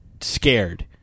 scared